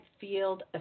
Field